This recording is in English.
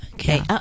Okay